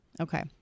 Okay